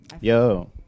yo